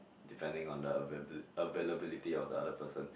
depending on the availabil~ availability of the other person